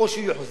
או שהוא יוחזר